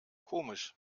komisch